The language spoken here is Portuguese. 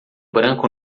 branco